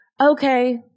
okay